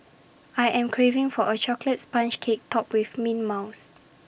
I am craving for A Chocolate Sponge Cake Topped with mint mouse